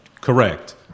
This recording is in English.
Correct